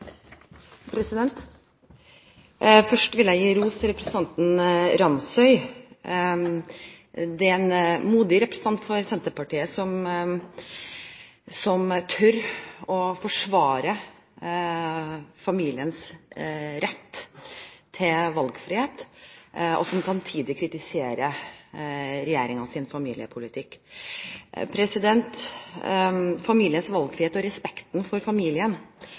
Ramsøy. Det er en modig representant for Senterpartiet som tør å forsvare familiens rett til valgfrihet, og som samtidig kritiserer regjeringens familiepolitikk. Familiens valgfrihet og respekten for familien